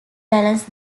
balance